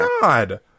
God